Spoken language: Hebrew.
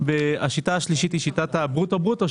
השיטה השלישית היא שיטת הברוטו-ברוטו,